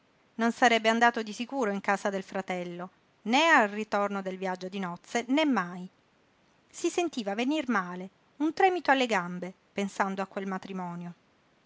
non sarebbe andato di sicuro in casa del fratello né al ritorno dal viaggio di nozze né mai si sentiva venir male un tremito alle gambe pensando a quel matrimonio